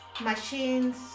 machines